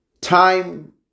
Time